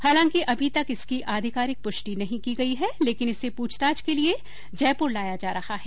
हालांकि अभी तक इसकी अधिकारिक पुष्टि नहीं की गयी है लेकिन इसे पूछताछ के लिये जयपुर लाया जा रहा है